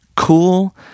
Cool